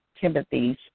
Timothy's